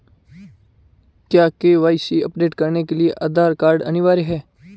क्या KYC update करने के लिए आधार कार्ड अनिवार्य है?